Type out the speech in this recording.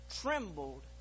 trembled